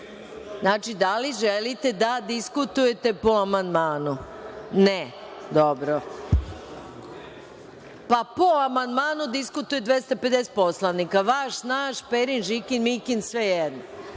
drugi. Znači, da li želite da diskutujete po amandmanu? (Ne)Pa, po amandmanu diskutuje 250 poslanika, vaš, naš, Perin, Žikin, Mikin, sve jedno. Na